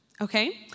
Okay